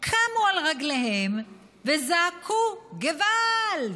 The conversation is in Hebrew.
קמו על רגליהם וזעקו: גוועלד,